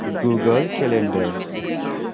Google calendar